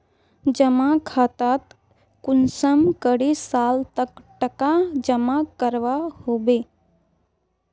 जमा खातात कुंसम करे साल तक टका जमा करवा होबे?